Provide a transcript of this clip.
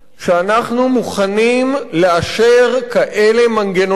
שאנחנו מוכנים לאשר כאלה מנגנונים,